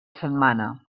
setmana